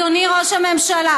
אדוני ראש הממשלה,